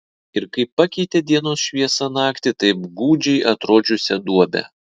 ir kaip pakeitė dienos šviesa naktį taip gūdžiai atrodžiusią duobę